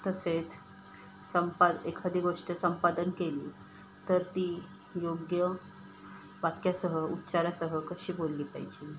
तसेच संपा एखादी गोष्ट संपादन केली तर ती योग्य वाक्यासह उच्चारासह कशी बोलली पाहिजे